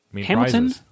Hamilton